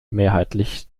mehrheitlich